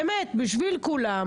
באמת, בשביל כולם